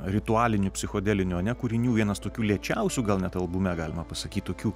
ritualinių psichodelinio ane kūrinių vienas tokių lėčiausių gal net albume galima pasakyti tokių